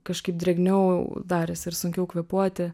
kažkaip drėgniau darėsi ir sunkiau kvėpuoti